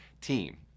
team